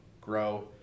grow